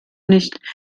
nicht